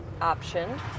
option